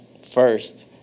first